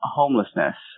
homelessness